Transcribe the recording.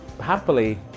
happily